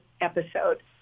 episode